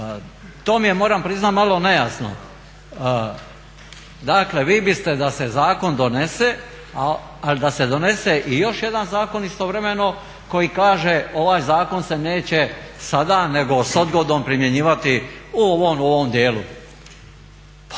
To mi je moram priznati malo nejasno. Dakle, vi biste da se zakon donese ali da se donese i još jedan zakon istovremeno koji kaže ovaj zakon se neće sada nego s odgodom primjenjivati u ovom djelu.